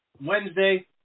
Wednesday